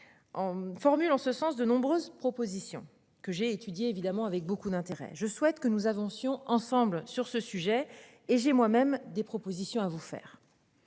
En formule en ce sens de nombreuses propositions que j'ai étudié évidemment avec beaucoup d'intérêt. Je souhaite que nous avancions ensemble sur ce sujet et j'ai moi-même des propositions à vous faire.